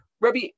Rabbi